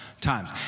times